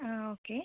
ആ ഓക്കെ